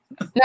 No